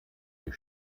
wir